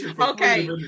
okay